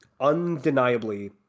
undeniably